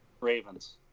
Ravens